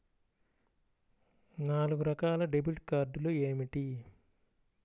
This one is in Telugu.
నాలుగు రకాల డెబిట్ కార్డులు ఏమిటి?